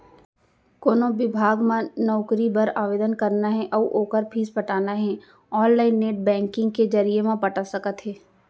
कोनो बिभाग म नउकरी बर आवेदन करना हे अउ ओखर फीस पटाना हे ऑनलाईन नेट बैंकिंग के जरिए म पटा सकत हे